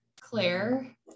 Claire